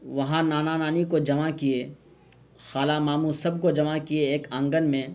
وہاں نانا نانی کو جمع کیے خالہ ماموں سب کو جمع کیے ایک آنگن میں